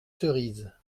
cerises